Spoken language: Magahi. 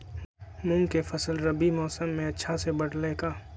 मूंग के फसल रबी मौसम में अच्छा से बढ़ ले का?